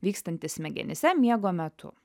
vykstantį smegenyse miego metu